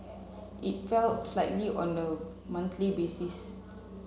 it fell slightly on a monthly basis